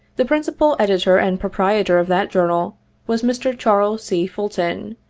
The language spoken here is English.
the principal ed itor and proprietor of that journal was mr. charles c. ful ton,